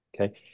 Okay